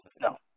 No